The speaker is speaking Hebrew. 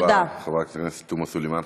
תודה רבה לך, חברת הכנסת תומא סלימאן.